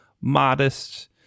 modest